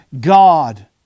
God